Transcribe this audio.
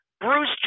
Bruce